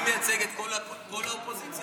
התשפ"ב 2021,